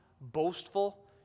boastful